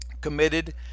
Committed